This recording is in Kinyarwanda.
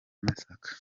masaka